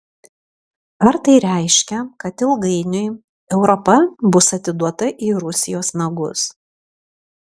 ar tai reiškia kad ilgainiui europa bus atiduota į rusijos nagus